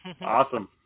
Awesome